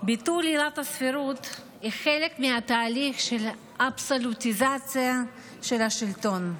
ביטול עילת הסבירות היא חלק מתהליך של אבסולוטיזציה של השלטון.